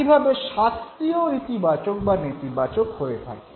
একইভাবে শাস্তিও ইতিবাচক বা নেতিবাচক হয়ে থাকে